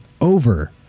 over